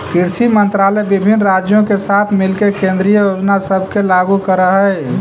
कृषि मंत्रालय विभिन्न राज्यों के साथ मिलके केंद्रीय योजना सब के लागू कर हई